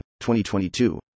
2022